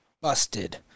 busted